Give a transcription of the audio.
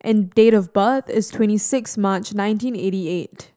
and date of birth is twenty six March nineteen eighty eight